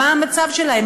מה המצב שלהם?